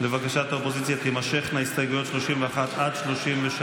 לבקשת האופוזיציה תימשכנה הסתייגויות 31 33,